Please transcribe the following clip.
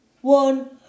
one